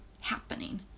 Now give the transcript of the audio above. happening